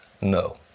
No